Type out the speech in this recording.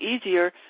easier